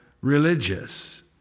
religious